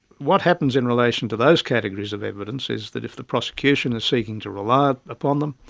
what happens in relation to those categories of evidence is that if the prosecution is seeking to rely upon them,